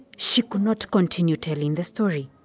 she cannot continue telling the story